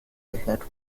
gehört